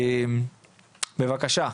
בבקשה.